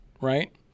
right